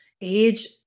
age